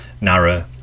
narrow